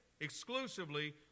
exclusively